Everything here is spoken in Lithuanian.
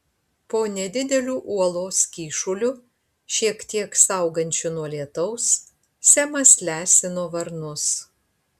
po nedideliu uolos kyšuliu šiek tiek saugančiu nuo lietaus semas lesino varnus